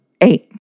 eight